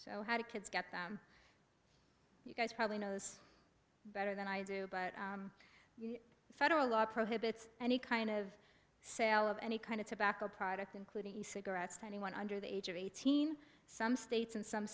so how to kids get them probably knows better than i do but federal law prohibits any kind of sale of any kind of tobacco product including cigarettes to anyone under the age of eighteen some states and some